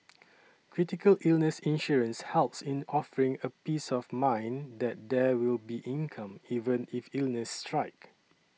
critical illness insurance helps in offering a peace of mind that there will be income even if illnesses strike